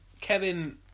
Kevin